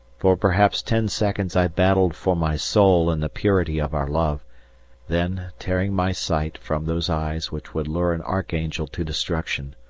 for perhaps ten seconds i battled for my soul and the purity of our love then, tearing my sight from those eyes which would lure an archangel to destruction,